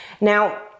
Now